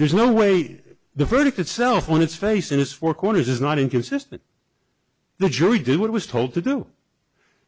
there's no way the verdict itself on its face and its four corners is not inconsistent the jury did what was told to do